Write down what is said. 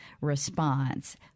response